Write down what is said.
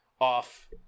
off